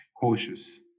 cautious